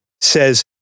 says